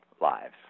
lives